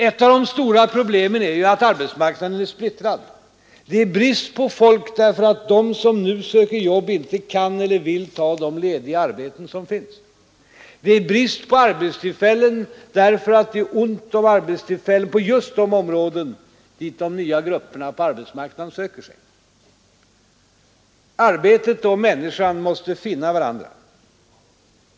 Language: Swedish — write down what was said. Ett av de stora problemen är ju att arbetsmarknaden är splittrad. Det är brist på folk, därför att de som nu söker jobb inte kan eller vill ta de lediga arbeten som finns. Det är brist på arbetstillfällen därför att det är ont om arbetstillfällen på just de områden dit de nya grupperna på arbetsmarknaden söker sig. Arbetet och människan måste finna varandra.